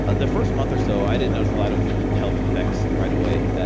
the first month or so i didn't notice a lot of health effects right away.